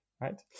right